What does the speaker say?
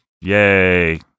Yay